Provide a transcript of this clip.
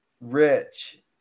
rich